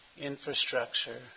infrastructure